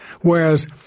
Whereas